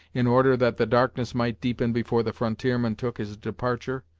in order that the darkness might deepen before the frontierman took his departure,